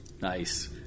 Nice